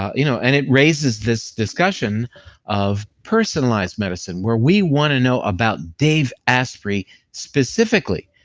ah you know and it raises this discussion of personalized medicine, where we wanna know about dave asprey specifically.